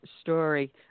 story